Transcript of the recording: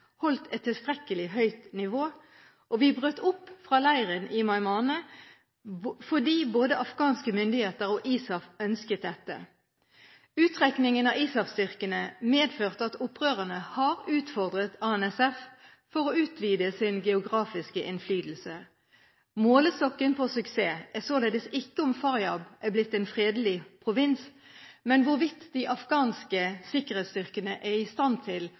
holdt et tilstrekkelig høyt nivå, og vi brøt opp fra leiren i Meymaneh fordi både afghanske myndigheter og ISAF ønsket dette. Uttrekningen av ISAF-styrkene medførte at opprørerne har utfordret ANSF for å utvide sin geografiske innflytelse. Målestokken på suksess er således ikke om Faryab er blitt en fredelig provins, men hvorvidt de afghanske sikkerhetsstyrkene er i stand til